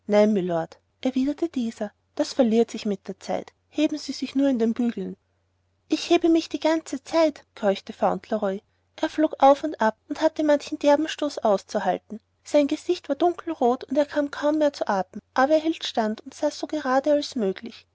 erwiderte dieser das verliert sich mit der zeit heben sie sich nur in den bügeln iich hhebe mich ddie gaganzezeit keuchte fauntleroy er flog auf und ab und hatte manch derben stoß auszuhalten sein gesicht war dunkelrot und er kam kaum mehr zu atem aber er hielt stand und saß so gerade als möglich